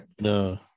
No